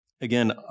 Again